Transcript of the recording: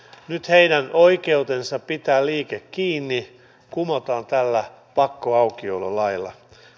nyt heidän oikeutensa pitää liike kiinni kumotaan tällä pakkoaukiololailla